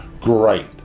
great